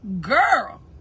girl